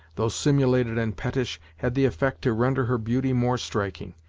though simulated and pettish, had the effect to render her beauty more striking,